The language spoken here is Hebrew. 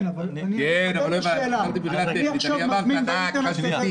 אני עכשיו מזמין באינטרנט את המוצר.